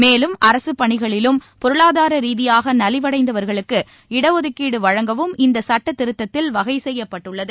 மேலும் அரசுப் பணிகளிலும் பொருளாதார ரீதியாக நலிவடைந்தவர்களுக்கு இடஒதுக்கீடு வழங்கவும் இந்த சட்டத்திருத்தத்தில் வகை செய்யப்பட்டுள்ளது